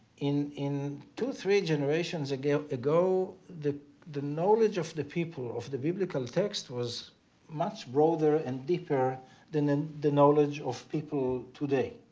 in in two, three generations ago ago the the knowledge of the people of the biblical text was much broader and deeper than and the knowledge of people today.